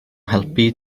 helpu